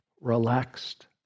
relaxed